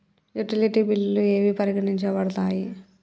Utility బిల్లులు ఏవి పరిగణించబడతాయి?